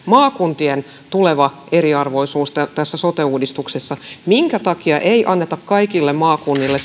maakuntien tuleva eriarvoisuus tässä sote uudistuksessa minkä takia ei anneta kaikille maakunnille